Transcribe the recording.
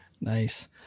Nice